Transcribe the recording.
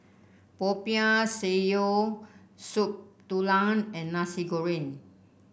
Popiah Sayur Soup Tulang and Nasi Goreng